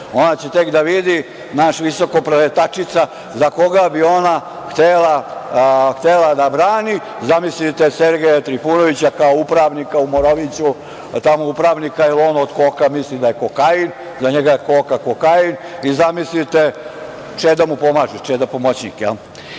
ona će tek da vidi, naša visokopreletačica, za koga bi ona htela da brani. Zamislite Sergeja Trifunovića kao upravnika u Moraviću, tamo upravnika, jer on od koka misli da je kokain, za njega je koka kokain, i zamislite Čeda mu pomaže, Čeda pomoćnik,